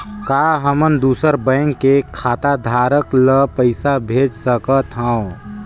का हमन दूसर बैंक के खाताधरक ल पइसा भेज सकथ हों?